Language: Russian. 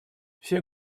все